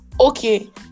Okay